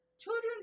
Children